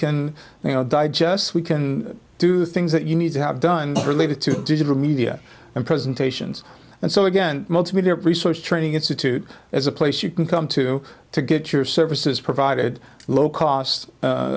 know digest we can do things that you need to have done related to digital media and presentations and so again multimedia resource training institute is a place you can come to to get your services provided low cost